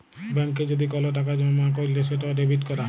ব্যাংকে যদি কল টাকা জমা ক্যইরলে সেট ডেবিট ক্যরা